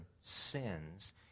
sins